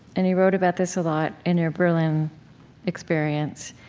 and you wrote about this a lot in your berlin experience.